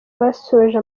basoje